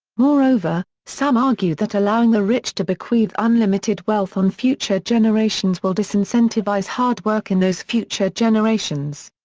moreover, some argue that allowing the rich to bequeath unlimited wealth on future generations will disincentivize hard work in those future generations.